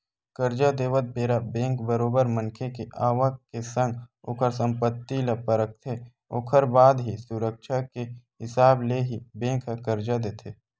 करजा देवत बेरा बेंक बरोबर मनखे के आवक के संग ओखर संपत्ति ल परखथे ओखर बाद ही सुरक्छा के हिसाब ले ही बेंक ह करजा देथे